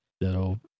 that'll